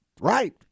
Right